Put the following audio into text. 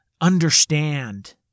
understand